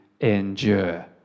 endure